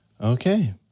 Okay